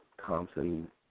Thompson